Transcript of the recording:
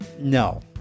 No